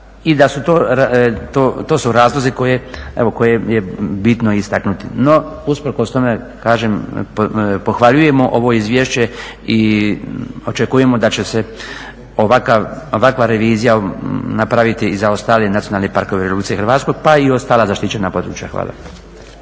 i to su razlozi koje je bitno istaknuti. No, usprkos tome kažem pohvaljujemo ovo izvješće i očekujemo da će se ovakva revizija napraviti i za ostale nacionalne parkove u RH pa i ostala zaštićena područja. Hvala.